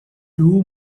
too